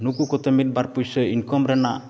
ᱱᱩᱠᱩ ᱠᱚᱛᱮ ᱢᱤᱫᱵᱟᱨ ᱯᱩᱭᱥᱟᱹ ᱤᱱᱠᱟᱢ ᱨᱮᱱᱟᱜ